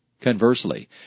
Conversely